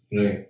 Right